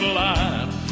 life